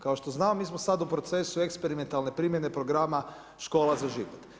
Kao što znamo mi smo sada u procesu eksperimentalne primjene programa škola za život.